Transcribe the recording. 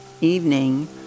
evening